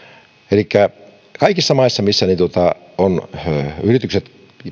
elikkä kaikissa maissa missä pienet ja keskisuuret yritykset